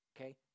okay